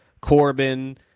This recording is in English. Corbin